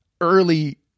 early